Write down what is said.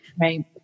Right